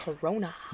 Corona